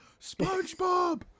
spongebob